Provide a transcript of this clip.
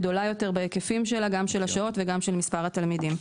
היא גדולה יותר בהיקפים שלה גם בשעות וגם במספר התלמידים.